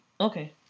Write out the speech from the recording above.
Okay